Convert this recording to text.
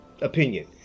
opinion